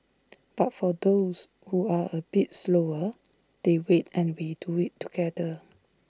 but for those who are A bit slower they wait and we do IT together